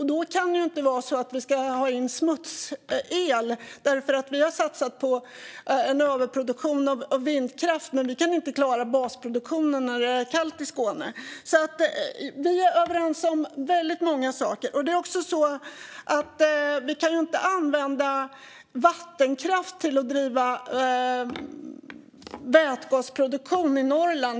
Då kan det inte vara så att vi ska ha in smutsel för att vi har satsat på en överproduktion av vindkraft men inte kan klara basproduktionen när det är kallt i Skåne. Vi är överens om väldigt många saker. Vi kan inte heller använda vattenkraft till att driva vätgasproduktion i Norrland.